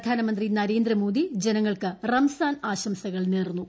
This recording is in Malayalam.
പ്രധാനമന്ത്രി നരേന്ദ്രമോദി ജനങ്ങൾക്ക് റംസാൻ ആശംസകൾ നേർന്നു